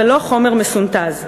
ולא חומר מסונתז.